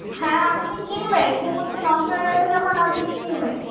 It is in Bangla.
হ্যাঁ আপনি কিনবেন ঘুঙুর তো নষ্ট হয়ে গেছে যখন আপনি কিনবেন